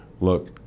look